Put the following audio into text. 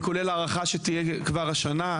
כולל הארכה שתהיה כבר השנה,